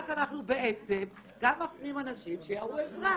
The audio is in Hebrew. אז אנחנו מפנים אנשים לקבל עזרה.